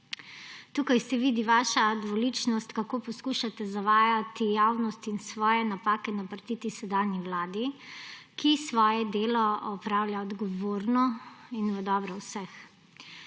Tukaj se vidi vaša dvoličnost, kako poskušate zavajati javnost in svoje napake naprtiti sedanji vladi, ki svoje delo opravlja odgovorno in v dobro vseh.